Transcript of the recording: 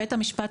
בית המשפט,